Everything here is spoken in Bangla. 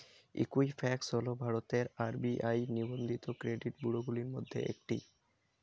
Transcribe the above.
ঈকুইফ্যাক্স হল ভারতের আর.বি.আই নিবন্ধিত ক্রেডিট ব্যুরোগুলির মধ্যে একটি